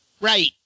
Right